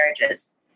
marriages